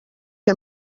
que